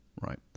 right